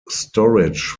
storage